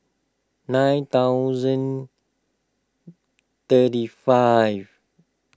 nine thousand thirty five